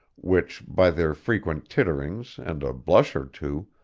which, by their frequent titterings and a blush or two,